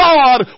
God